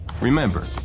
Remember